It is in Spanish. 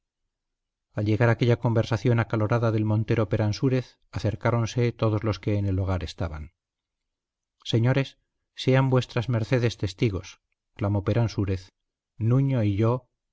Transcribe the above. al llegar aquella conversación acalorada del montero peransúrez acercáronse todos los que en el hogar estaban señores sean vuesas mercedes testigos clamó peransúrez nuño y yo